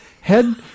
Head